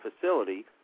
facility